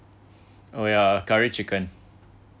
oh yeah curry chicken